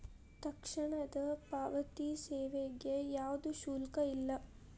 ತಕ್ಷಣದ ಪಾವತಿ ಸೇವೆಗೆ ಯಾವ್ದು ಶುಲ್ಕ ಇಲ್ಲ